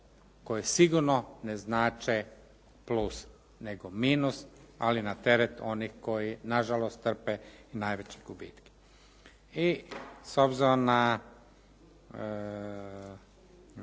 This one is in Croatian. koje sigurno ne znače plus, nego minus, ali na teret onih koji na žalost trpe i najveće gubitke. I s obzirom na